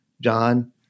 John